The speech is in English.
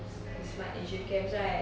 the smart asia camps right